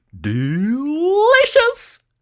delicious